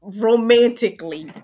romantically